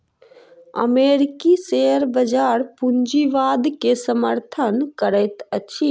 अमेरिकी शेयर बजार पूंजीवाद के समर्थन करैत अछि